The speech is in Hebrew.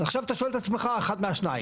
עכשיו, אתה שואל את עצמך אחד מהשניים.